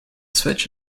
switch